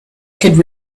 could